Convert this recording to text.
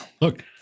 Look